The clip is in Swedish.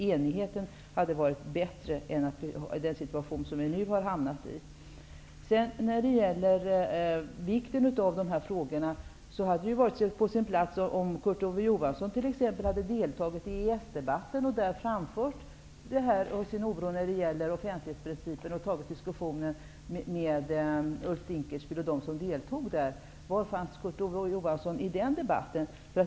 Det hade varit bättre om vi hade kunnat enas. Det hade kanske varit på sin plats om Kurt Ove Johansson hade deltagit i EES-debatten och där framfört sin oro i fråga om offentlighetsprincipen. Då hade han kunnat diskutera med Ulf Dinkelspiel och övriga som deltog. Var fanns Kurt Ove Johansson i den debatten?